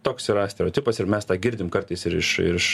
toks yra stereotipas ir mes tą girdim kartais ir iš ir iš